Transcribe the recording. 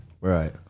Right